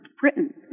Britain